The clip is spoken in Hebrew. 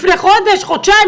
לפני חודש, חודשיים?